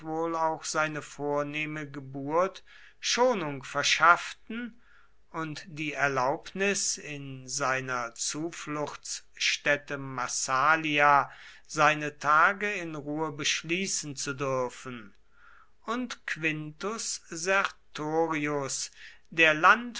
auch seine vornehme geburt schonung verschafften und die erlaubnis in seiner zufluchtsstätte massalia seine tage in ruhe beschließen zu dürfen und quintus sertorius der